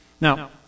Now